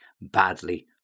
badly